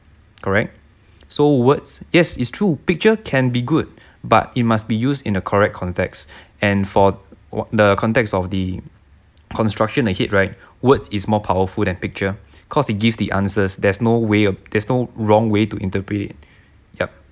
correct so words yes it's true picture can be good but it must be used in a correct context and for the context of the construction ahead right words is more powerful than picture cause it give the answers there's no way there's no wrong way to interpret it yup